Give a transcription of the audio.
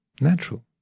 natural